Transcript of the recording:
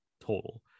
total